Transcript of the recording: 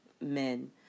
men